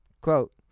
Quote